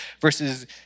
versus